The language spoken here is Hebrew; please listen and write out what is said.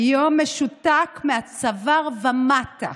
היום משותק מהצוואר ומטה,